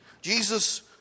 Jesus